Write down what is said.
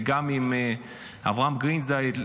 וגם עם אברהם גרינזייד,